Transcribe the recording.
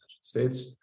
states